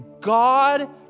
God